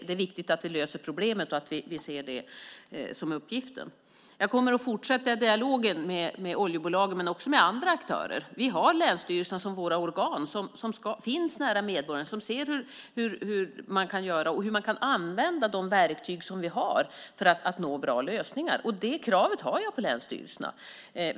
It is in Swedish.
Det är viktigt att vi löser problemet och att vi ser det som uppgiften. Jag kommer att fortsätta dialogen med oljebolagen men också med andra aktörer. Vi har länsstyrelserna som våra organ. De finns nära medborgarna. De ser hur man kan göra och hur man kan använda de verktyg som vi har för att nå bra lösningar. Det kravet har jag på länsstyrelserna.